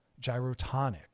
gyrotonic